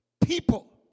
people